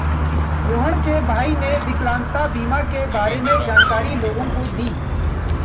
रोहण के भाई ने विकलांगता बीमा के बारे में जानकारी लोगों को दी